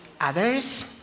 others